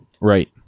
Right